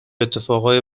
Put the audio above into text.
اتفاقای